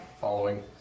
Following